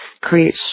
create